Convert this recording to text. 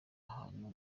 ahantu